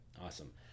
Awesome